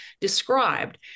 described